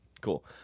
Cool